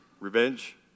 Revenge